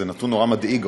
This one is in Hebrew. וזה נתון מאוד מדאיג,